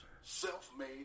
Self-made